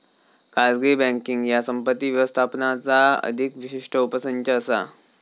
खाजगी बँकींग ह्या संपत्ती व्यवस्थापनाचा अधिक विशिष्ट उपसंच असा